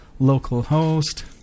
Localhost